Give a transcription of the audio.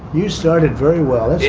you started very well,